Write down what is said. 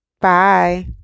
Bye